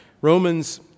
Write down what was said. Romans